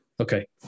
okay